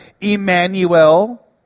Emmanuel